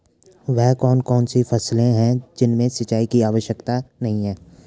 वह कौन कौन सी फसलें हैं जिनमें सिंचाई की आवश्यकता नहीं है?